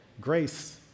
grace